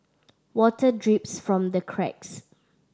water drips from the cracks